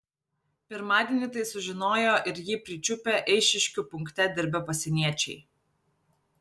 pirmadienį tai sužinojo ir jį pričiupę eišiškių punkte dirbę pasieniečiai